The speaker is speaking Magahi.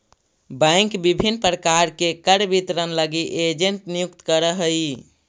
बैंक विभिन्न प्रकार के कर वितरण लगी एजेंट नियुक्त करऽ हइ